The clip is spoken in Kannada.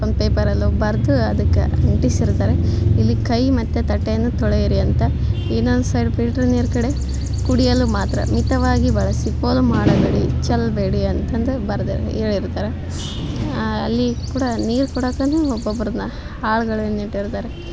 ಒಂದು ಪೇಪರಲ್ಲೋ ಬರೆದು ಅದಕ್ಕೆ ಅಂಟಿಸಿರ್ತಾರೆ ಇಲ್ಲಿ ಕೈ ಮತ್ತು ತಟ್ಟೆಯನ್ನು ತೊಳೆಯಿರಿ ಅಂತ ಇನ್ನೊಂದು ಸೈಡ್ ಫಿಲ್ಟ್ರ್ ನೀರು ಕಡೆ ಕುಡಿಯಲು ಮಾತ್ರ ಮಿತವಾಗಿ ಬಳಸಿ ಪೋಲು ಮಾಡಬೇಡಿ ಚೆಲ್ಲಬೇಡಿ ಅಂತಂದು ಬರ್ದು ಹೇಳಿರ್ತರ ಅಲ್ಲಿ ಕೂಡ ನೀರು ಕೊಡಕ್ಕನಾ ಒಬ್ಬೊಬ್ಬರನ್ನ ಆಳ್ಗಳನ್ನ ಇಟ್ಟಿರ್ತಾರೆ